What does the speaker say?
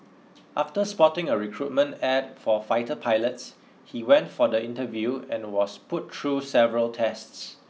after spotting a recruitment ad for fighter pilots he went for the interview and was put through several tests